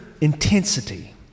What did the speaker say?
intensity